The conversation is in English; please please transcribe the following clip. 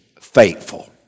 faithful